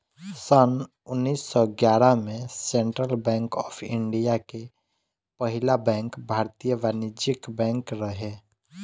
सन्न उन्नीस सौ ग्यारह में सेंट्रल बैंक ऑफ़ इंडिया के पहिला बैंक भारतीय वाणिज्यिक बैंक रहे